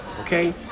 Okay